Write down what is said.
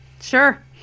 sure